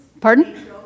Pardon